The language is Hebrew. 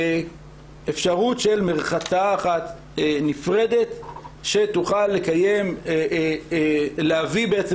אפשרות של מרחצאה אחת נפרדת שתוכל להביא בעצם